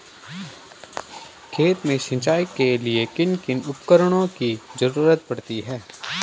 खेत में सिंचाई करने के लिए किन किन उपकरणों की जरूरत पड़ती है?